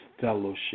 fellowship